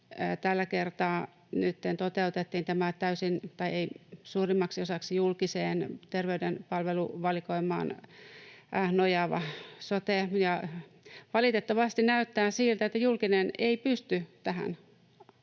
Tällä kertaa nyt toteutettiin tämä suurimmaksi osaksi julkiseen terveyden palveluvalikoimaan nojaava sote. Ja valitettavasti näyttää siltä, että julkinen ei pysty tähän,